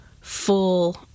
full